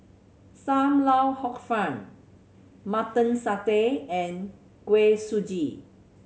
Sam Lau Hor Fun Mutton Satay and Kuih Suji